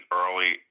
early